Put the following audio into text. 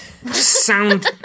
sound